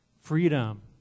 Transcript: freedom